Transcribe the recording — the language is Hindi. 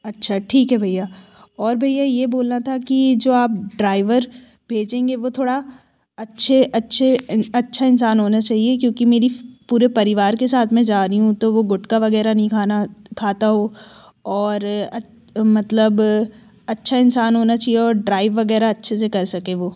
अच्छा ठीक है भैया और भैया ये बोलना था कि जो आप ड्राइवर भेजेंगे वो थोड़ा अच्छे अच्छे अच्छा इंसान होना चहिए क्योंकि मेरे पूरे परिवार के साथ मैं जा रही हूँ तो वो गुटका वग़ैरह नहीं खाना खाता हो और मतलब अच्छा इंसान होना चहिए और ड्राइव वग़ैरह अच्छे से कर सके वो